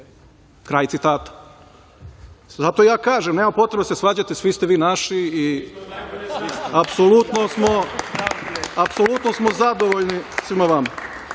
Vučiću. Zato ja kažem, nema potrebe da se svađate. Svi ste vi naši i apsolutno smo zadovoljni svima vama. Što